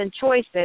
choices